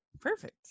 perfect